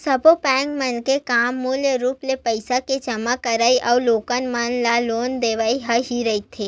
सब्बो बेंक मन के काम मूल रुप ले पइसा के जमा करवई अउ लोगन मन ल लोन देवई ह ही रहिथे